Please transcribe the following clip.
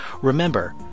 Remember